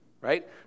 Right